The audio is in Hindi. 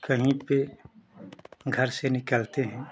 कहीं पर घर से निकलते हैं